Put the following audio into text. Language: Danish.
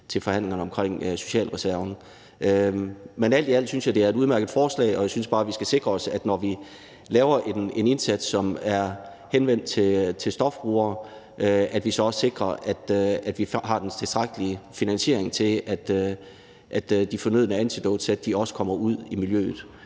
til forhandlingerne omkring socialreserven. Men alt i alt synes jeg, det er et udmærket forslag, og jeg synes bare, at vi, når vi laver en indsats, som er henvendt til stofbrugere, skal sikre os, at vi har den tilstrækkelige finansiering til, at de fornødne Antidotesæt også kommer ud i miljøet.